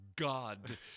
God